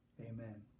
Amen